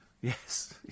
Yes